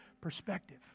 perspective